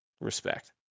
respect